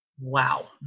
Wow